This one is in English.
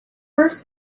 first